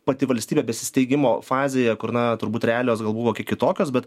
pati valstybė besisteigimo fazėje kur na turbūt realijos gal buvo kiek kitokios bet